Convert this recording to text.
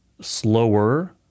slower